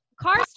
Cars